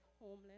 homeless